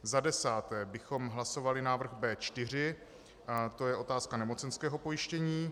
Za desáté bychom hlasovali návrh B4, to je otázka nemocenského pojištění.